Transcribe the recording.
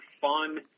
fun